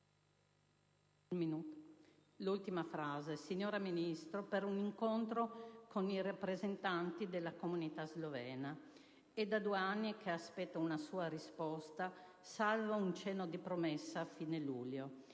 a lei, signora Ministro, di un incontro con i rappresentanti della comunità slovena. È da due anni che aspetto una sua risposta, salvo un cenno di promessa a fine luglio.